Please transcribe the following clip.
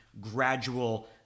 gradual